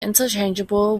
interchangeable